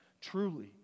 Truly